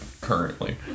currently